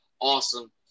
Awesome